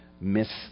miss